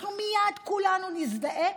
מייד כולנו נזדעק,